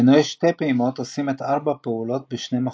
מנועי שתי פעימות עושים את ארבע הפעולות בשני מחזורים,